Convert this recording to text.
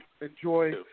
enjoy